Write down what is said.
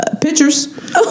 Pictures